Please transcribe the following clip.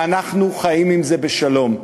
ואנחנו חיים עם זה בשלום.